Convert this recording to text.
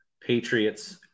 Patriots